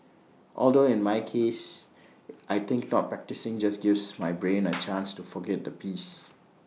although in my case I think not practising just gives my brain A chance to forget the piece